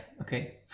okay